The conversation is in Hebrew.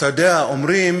ואתה יודע, אומרים